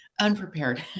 unprepared